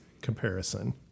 comparison